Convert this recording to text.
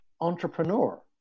entrepreneur